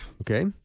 Okay